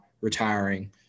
retiring